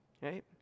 right